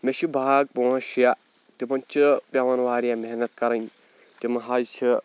مےٚ چھِ باغ پانٛژھ شیٚے تِمن چھُ پیوان واریاہ محنت کَرٕنۍ تِم حظ چھِ